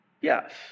yes